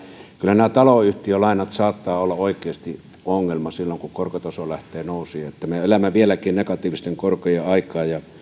kyllä nämä taloyhtiölainat saattavat olla oikeasti ongelma silloin kun korkotaso lähtee nousemaan me elämme vieläkin negatiivisten korkojen aikaa